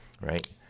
right